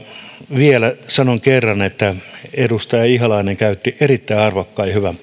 vielä kerran sanon että edustaja ihalainen käytti erittäin arvokkaan ja hyvän